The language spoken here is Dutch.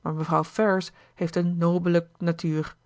maar mevrouw ferrars heeft een nobele natuur